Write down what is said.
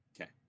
Okay